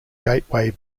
gateway